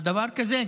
על דבר כזה,